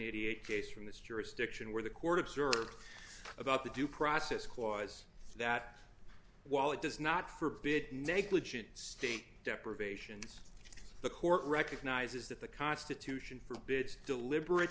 eighty eight case from this jurisdiction where the court observed about the due process clause that while it does not forbid negligent state deprivations the court recognizes that the constitution forbids deliberate